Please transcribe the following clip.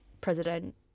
president